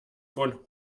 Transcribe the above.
von